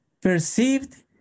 perceived